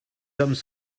hommes